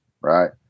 right